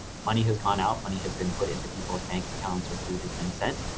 money has gone out, money has been put into people's bank accounts or food has been sent.